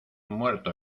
muerto